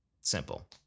Simple